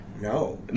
No